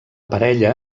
parella